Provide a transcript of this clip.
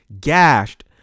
Gashed